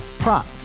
Prop